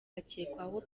akekwaho